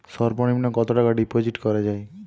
সর্ব নিম্ন কতটাকা ডিপোজিট করা য়ায়?